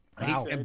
Wow